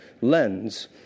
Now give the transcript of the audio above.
lens